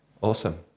Awesome